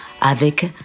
avec